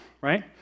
right